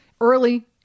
early